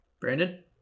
Brandon